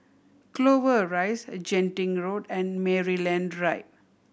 Clover Rise Genting Road and Maryland Drive